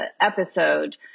episode